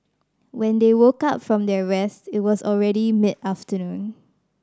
when they woke up from their rest it was already mid afternoon